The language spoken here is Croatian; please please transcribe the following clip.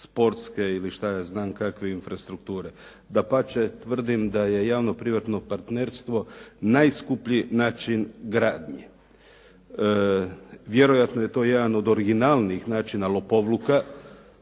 sportske ili ne znam kakve infrastrukture. Dapače, tvrdim da je javno-privatno partnerstvo najskuplji način gradnje. Vjerojatno je to jedan od originalnijih načina lopovluka.